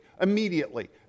immediately